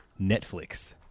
netflix